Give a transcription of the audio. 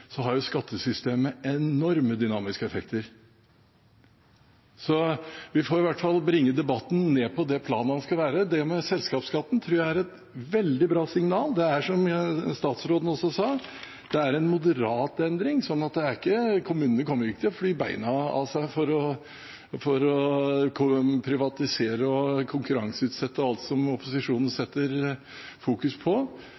Så vi får i hvert fall bringe debatten ned på det planet der den skal være. Det med selskapsskatten tror jeg er et veldig bra signal. Det er, som statsråden også sa, en moderat endring, så kommunene kommer ikke til å fly beina av seg for å privatisere og konkurranseutsette alt som opposisjonen fokuserer på,